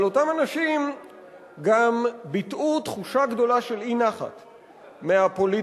אבל אותם אנשים גם ביטאו תחושה גדולה של אי-נחת מהפוליטיקה,